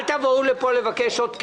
אל תבואו לפה לבקש עוד כסף,